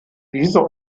diese